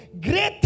greater